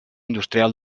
industrial